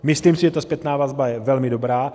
Myslím si, že ta zpětná vazba je velmi dobrá.